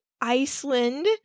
Iceland